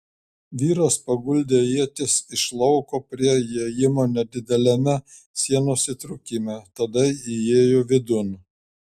vyras paguldė ietis iš lauko prie įėjimo nedideliame sienos įtrūkime tada įėjo vidun